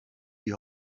die